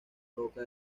roca